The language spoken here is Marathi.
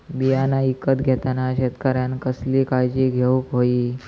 बियाणा ईकत घेताना शेतकऱ्यानं कसली काळजी घेऊक होई?